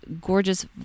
gorgeous